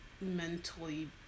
mentally